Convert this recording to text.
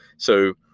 so,